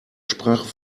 sprache